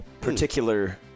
particular